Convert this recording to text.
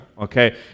Okay